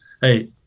hey